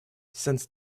since